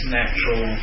natural